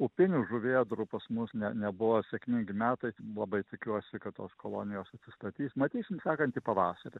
upinių žuvėdrų pas mus ne nebuvo sėkmingi metai labai tikiuosi kad tos kolonijos atsistatys matysim sekantį pavasarį